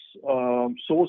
sources